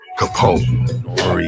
Capone